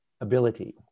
ability